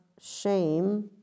shame